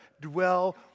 Dwell